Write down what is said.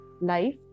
life